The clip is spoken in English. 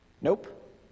Nope